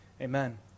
Amen